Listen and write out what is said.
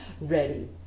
ready